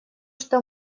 что